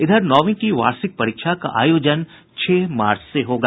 इधर नौवीं की वार्षिक परीक्षा का आयोजन छह मार्च से होगा